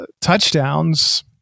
touchdowns